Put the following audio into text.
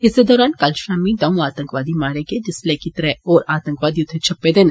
इस्सै दरान कल शामी दर्ऊ आतंकवादी मारे गे जिसलै के त्रै होर आतंकवादी उत्थें छप्पे दे न